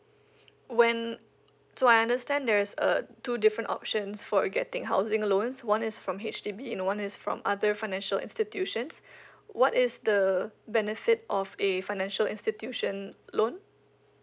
when so I understand there's a two different options for getting housing loans one is from H_D_B and one is from other financial institutions what is the benefit of a financial institution loan